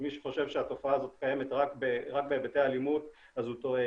מי שחושב שהתופעה הזאת קיימת רק בהיבטי אלימות אז הוא טועה,